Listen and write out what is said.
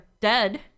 dead